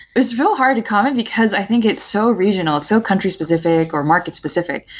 it's real hard to comment, because i think it's so regiona l, it's so country specific, or market specific.